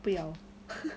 不要